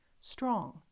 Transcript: strong